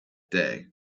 day